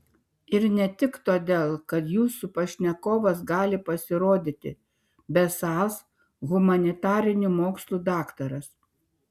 ir ne tik todėl kad jūsų pašnekovas gali pasirodyti besąs humanitarinių mokslų daktaras